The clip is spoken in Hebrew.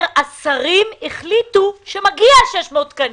השרים החליטו שמגיע 600 תקנים.